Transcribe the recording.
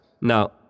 Now